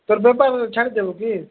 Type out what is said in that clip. ତୋର ବେପାର ଛାଡ଼ି ଦେବୁ କି